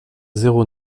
zéro